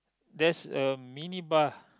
there's a mini bar